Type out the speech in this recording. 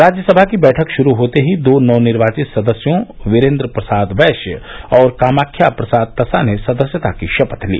राज्यसभा की बैठक श्रू होते ही दो नवनिर्वाचित सदस्यों बीरेन्द्र प्रसाद बैश्य और कामाख्या प्रसाद तसा ने सदस्यता की शपथ ली